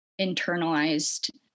internalized